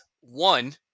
one